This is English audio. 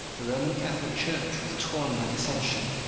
the roman catholic church was torn by dissension,